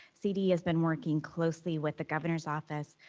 cde has been working closely with the governor's office,